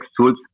tools